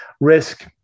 risk